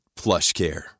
PlushCare